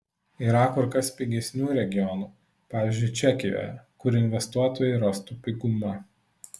yra kur kas pigesnių regionų pavyzdžiui čekijoje kur investuotojai rastų pigumą